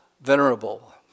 venerable